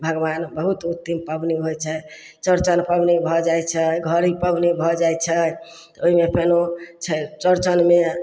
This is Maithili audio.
भगवान बहुत उत्तम पबनी होइ छै चौरचन पबनी भऽ जाइ छै घड़ी पबनी भऽ जाइ छै ओहिमे फेरो छै चौरचनमे